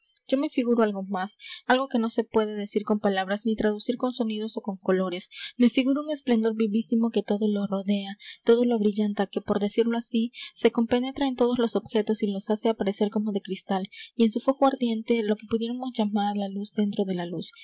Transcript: yo me figuro algo más algo que no se puede decir con palabras ni traducir con sonidos ó con colores me figuro un esplendor vivísimo que todo lo rodea todo lo abrillanta que por decirlo así se compenetra en todos los objetos y los hace aparecer como de cristal y en su foco ardiente lo que pudiéramos llamar la luz dentro de la luz